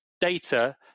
data